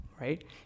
right